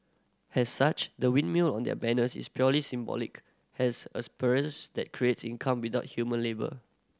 has such the windmill on their banners is purely symbolic has apparatus that creates income without human labour